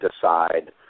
decide